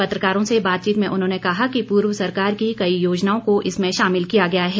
पत्रकारों से बातचीत में उन्होंने कहा कि पूर्व सरकार की कई योजनाओं को इसमें शामिल किया गया है